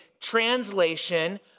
translation